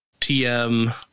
TM